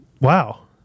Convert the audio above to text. wow